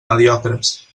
mediocres